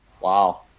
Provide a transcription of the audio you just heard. Wow